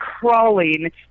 crawling